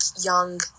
young